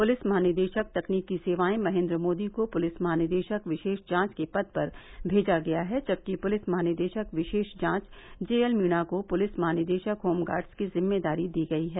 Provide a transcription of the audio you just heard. police महानिदेशक तकनीकी सेवाएं महेन्द्र मोदी को पुलिस महानिदेशक विशेष जांच के पद पर भेजा गया है जबकि पुलिस महानिदेशक विशेष जांच जेएन मीना को पुलिस महानिदेशक होमगार्ड्स की जिम्मेदारी दी गयी है